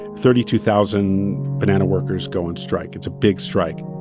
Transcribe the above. thirty two thousand banana workers go on strike. it's a big strike